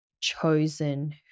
chosen